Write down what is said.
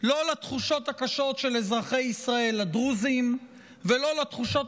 לא לתחושות הקשות של אזרחי ישראל הדרוזים ולא לתחושות